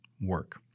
work